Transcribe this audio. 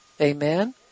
Amen